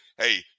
hey